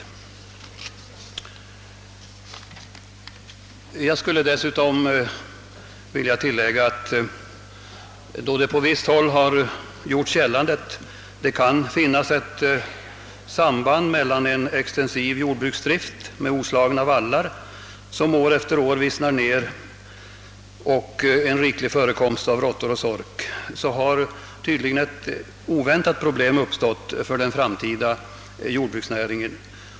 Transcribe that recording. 5 Jag vill ytterligare tillägga att det på visst håll gjorts gällande att det kan finnas ett samband mellan en extensiv jordbruksdrift med oslagna vallar, som år efter år vissnar ned, och en riklig förekomst av råttor och sork, I så fall uppstår tydligen ett oväntat problem för den framtida jordbruksnäringen.